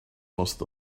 most